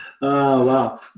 wow